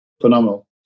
Phenomenal